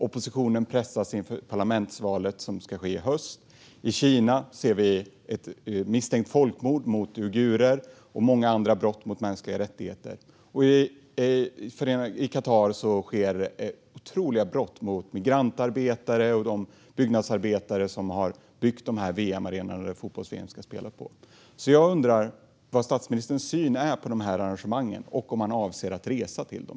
Oppositionen pressas inför parlamentsvalet i höst. I Kina ser vi ett misstänkt folkmord på uigurer och många andra brott mot mänskliga rättigheter. I Qatar sker otroliga brott mot migrantarbetare och de byggnadsarbetare som har byggt de arenor som fotbolls-VM ska spelas på. Jag undrar hur statsministern ser på dessa arrangemang och om han avser att resa till dem.